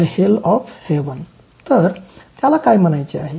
" तर त्याला काय म्हणायचे आहे